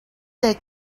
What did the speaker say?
they